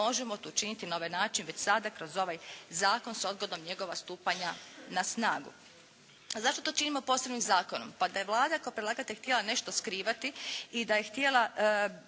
možemo to učiniti na ovaj način već sada kroz ovaj zakon s odgodom njegova stupanja na snagu. Zašto to činimo posebnim zakonom? Da je Vlada kao predlagatelj htjela nešto skrivati i da je htjela,